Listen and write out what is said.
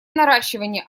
наращивания